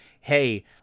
hey